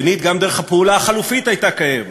שנית, גם דרך הפעולה החלופית הייתה קיימת.